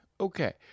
Okay